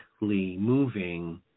moving